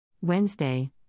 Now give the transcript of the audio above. Wednesday